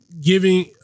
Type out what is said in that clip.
giving